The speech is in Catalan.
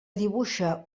dibuixa